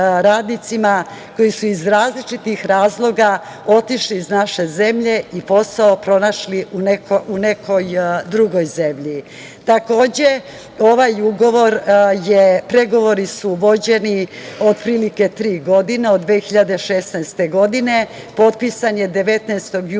koji su iz različitih razloga otišli iz naše zemlje i posao pronašli u nekoj drugoj zemlji. Takođe, pregovori su vođeni otprilike tri godine od 2016. godine. Potpisan je 19. juna